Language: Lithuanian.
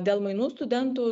dėl mainų studentų